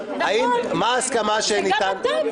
לא עניין של תפקיד.